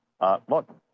look